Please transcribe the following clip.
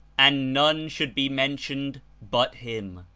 and none should be mentioned but him.